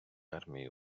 армії